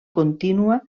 contínua